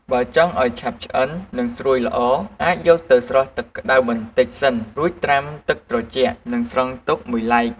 បើចង់ឱ្យឆាប់ឆ្អិននិងស្រួយល្អ អាចយកទៅស្រុះទឹកក្ដៅបន្តិចសិន រួចត្រាំទឹកត្រជាក់និងស្រង់ទុកមួយឡែក។